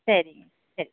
சரி சரி